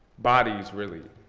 bodies, really.